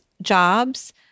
Jobs